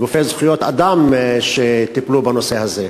גופי זכויות אדם שטיפלו בנושא הזה.